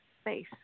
space